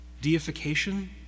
Deification